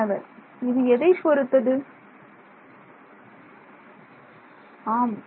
மாணவர் இது எதைப் பொருத்தது ஆம்